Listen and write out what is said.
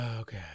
okay